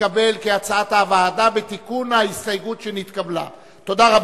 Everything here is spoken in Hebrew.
כהצעת הוועדה ועם ההסתייגות שנתקבלה, נתקבל.